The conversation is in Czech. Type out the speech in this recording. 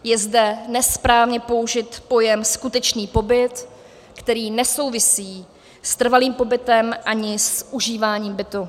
Je zde nesprávně použit pojem skutečný pobyt, který nesouvisí s trvalým pobytem ani s užíváním bytu.